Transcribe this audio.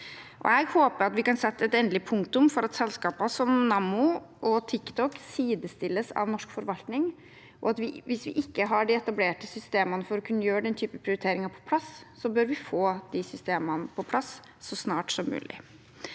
Jeg håper vi kan sette et endelig punktum for at selskaper som Nammo og TikTok sidestilles av norsk forvaltning. Hvis vi ikke har på plass de etablerte systemene for å kunne gjøre den typen prioriteringer, bør vi få de systemene på plass så snart som mulig.